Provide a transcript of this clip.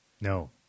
no